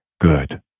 Good